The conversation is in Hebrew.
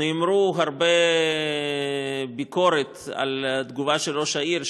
נאמרה ביקורת רבה על התגובה של ראש העיר,